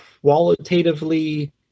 qualitatively